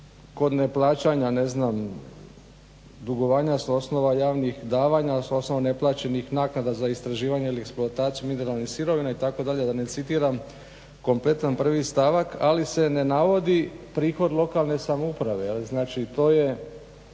kod neplaćanja dugovanja s osnova javnih davanja, s osnova neplaćenih naknada za istraživanje ili eksploataciju mineralnih sirovina itd., da ne citiram kompletan prvi stavak, ali se ne navodi prihod lokalne samouprave, znači to je